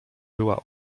była